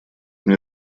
мне